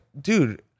dude